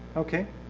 okay.